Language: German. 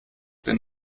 denn